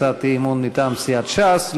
הצעת אי-אמון מטעם סיעת ש"ס.